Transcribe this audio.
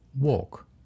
walk